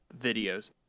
videos